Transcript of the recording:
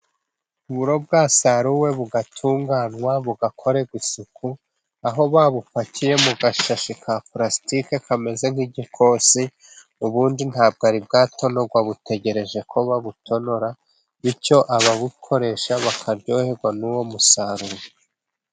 Uburo bwasaruwe bugatunganywa, bugakorerwa isuku, aho babupakiye mu gashashi ka pulastike kameze nk'igikosi ubundi ntabwo bwari bwatonorwa, butegereje ko babutonora, bityo ababukoresha bakaryoherwa n'uwo musaruro.